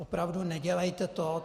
Opravdu, nedělejte to.